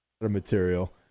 Material